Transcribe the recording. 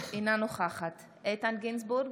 אינה נוכחת איתן גינזבורג,